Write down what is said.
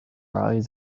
eyes